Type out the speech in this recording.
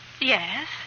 Yes